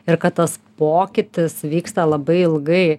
ir kad tas pokytis vyksta labai ilgai